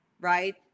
right